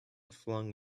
flung